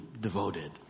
devoted